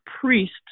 priests